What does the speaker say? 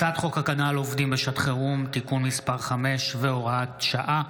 הצעת חוק הגנה על עובדים בשעת חירום (תיקון מס' 5 הוראת שעה,